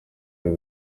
y’u